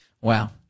Wow